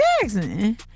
Jackson